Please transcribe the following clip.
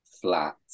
flat